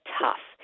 tough